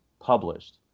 published